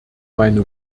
meine